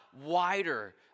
wider